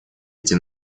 эти